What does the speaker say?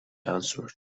answered